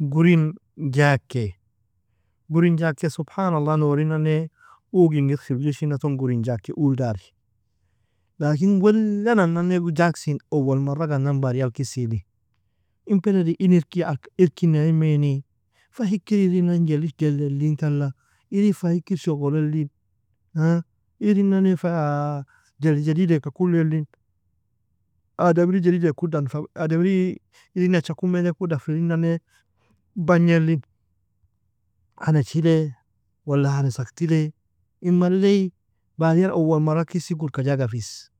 Gurin Jacky, Gurin Jacky subhaan Allah nourinane ugu ingir khilgishina ton gurin Jacky uldar. Lakin wellan anane gu- Jacksyn owol marraga anan badial kisili, In beledi in irki, ak- irki ina imeni, Fa hikir irinan jellig jellelin tala, Irin fa hikir shogol elin, Haan? Iri nane fa jelli jadid eka kule lin, ademri jadid eakudan ademri irin nachakumene ku da fa irin nane bagnye li, ha nejhile, walla ha saktile, in mali badiyal owal mara kisi gurka jagafis.